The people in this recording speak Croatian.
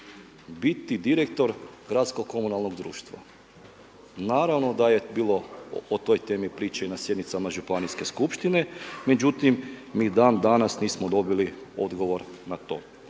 biti direktor Gradskog komunalnog društva. Naravno da je bilo o toj temi priče i na sjednicama Županijske skupštine, međutim mi dan danas nismo dobili odgovor na to.